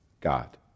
God